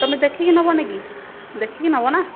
ତୁମେ ଦେଖିକି ନେବନି କି ଦେଖିକି ନେବ ନା